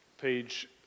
page